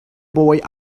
boy